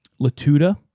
Latuda